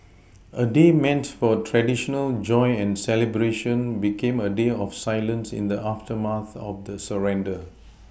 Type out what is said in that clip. a day meant for traditional joy and celebration became a day of silence in the aftermath of the surrender